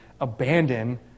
abandon